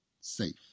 safe